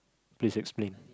please explain